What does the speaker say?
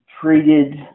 treated